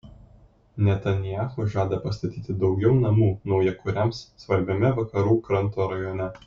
netanyahu žada pastatyti daugiau namų naujakuriams svarbiame vakarų kranto rajone